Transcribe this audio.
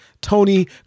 Tony